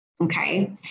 okay